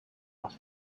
are